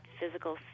physical